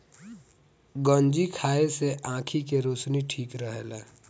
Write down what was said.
गंजी खाए से आंखी के रौशनी ठीक रहेला